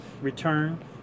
return